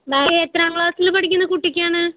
bag എത്രാം ക്ലാസിൽ പഠിക്കുന്ന കുട്ടിക്കാണ്